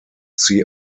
see